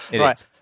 Right